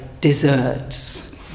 desserts